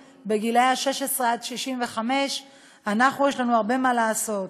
גילאי 16 65. יש לנו הרבה מה לעשות: